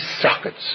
sockets